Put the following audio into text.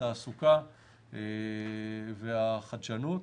התעסוקה והחדשנות.